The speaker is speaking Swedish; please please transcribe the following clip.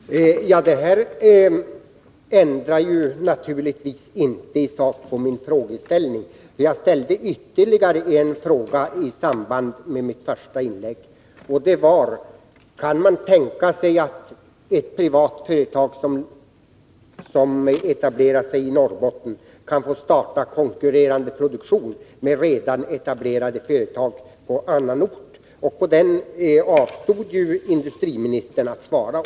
Herr talman! Det industriministern sade ändrar naturligtvis inte min frågeställning. Jag ställde ytterligare en fråga i samband med mitt första inlägg: Kan man tänka sig att ett privat företag som etablerar sig i Norrbotten kan få starta produktion som innebär att företaget konkurrerar med redan etablerade företag på annan ort? Industriministern avstod ju från att svara på den frågan.